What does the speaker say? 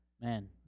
Man